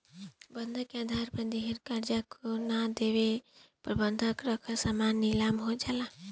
बंधक के आधार पर दिहल कर्जा के ना देवे पर बंधक रखल सामान नीलाम हो जाला